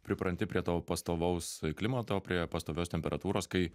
pripranti prie to pastovaus klimato prie pastovios temperatūros kai